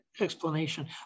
explanation